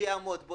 שיעמוד בו,